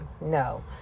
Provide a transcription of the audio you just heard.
no